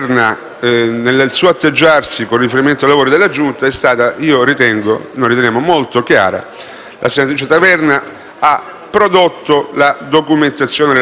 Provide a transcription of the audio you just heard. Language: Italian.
Noi semplicemente affrontiamo questa tematica,